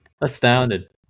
Astounded